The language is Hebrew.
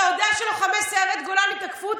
אתה יודע שבשבוע שעבר תקפו לוחמי סיירת גולני ביצהר,